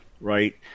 right